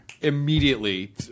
Immediately